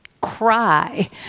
cry